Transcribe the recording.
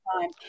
time